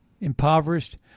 impoverished